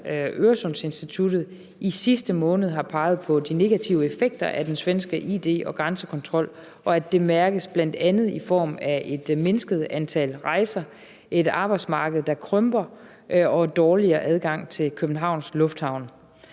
Øresundsinstituttet, i sidste måned har peget på de negative effekter af den svenske id- og grænsekontrol, og at det bl.a. mærkes i form af et mindsket antal rejser, et arbejdsmarked, der krymper, og en dårlig adgang til Københavns Lufthavn.